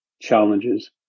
challenges